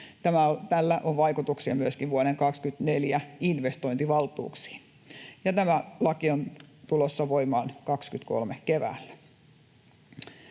Tällä on vaikutuksia myöskin vuoden 24 investointivaltuuksiin. Tämä laki on tulossa voimaan 23 keväällä.